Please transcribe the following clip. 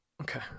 Okay